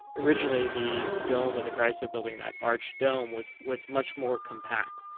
originally, the dome of the chrysler building, that arch dome was was much more compact.